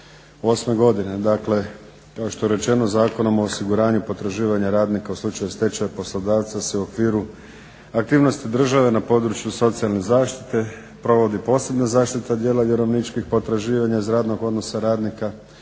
2008. godine. Dakle, kao što je rečeno Zakonom o osiguranju potraživanja radnika u slučaju stečaja poslodavca se u okviru aktivnosti države na području socijalne zaštite provodi posebna zaštita dijela vjerovničkih potraživanja iz radnog odnosa radnika